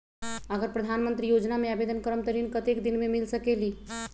अगर प्रधानमंत्री योजना में आवेदन करम त ऋण कतेक दिन मे मिल सकेली?